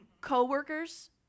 Co-workers